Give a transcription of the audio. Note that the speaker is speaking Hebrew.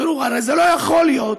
תראו, הרי זה לא יכול להיות.